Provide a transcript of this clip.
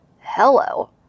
Hello